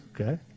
okay